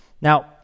Now